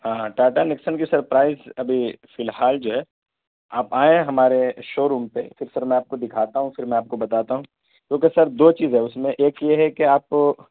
ہاں ہاں ٹاٹا نیکسن کی سر پرائز ابھی فی الحال جو ہے آپ آئیں ہمارے شو روم پہ پھر سر میں آپ کو دکھاتا ہوں پھر میں آپ کو بتاتا ہوں کیونکہ سر دو چیز ہے اس میں ایک یہ کہ آپ